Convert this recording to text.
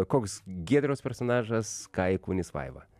koks giedriaus personažas ką įkūnys vaiva